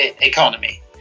economy